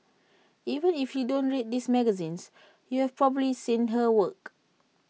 even if you don't read these magazines you've probably seen her work